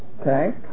Okay